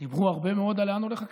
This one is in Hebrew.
דיברו הרבה מאוד על לאן הולך הכסף,